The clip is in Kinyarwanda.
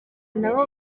nabo